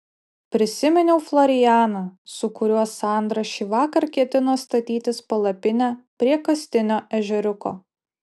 prisiminiau florianą su kuriuo sandra šįvakar ketino statytis palapinę prie kastinio ežeriuko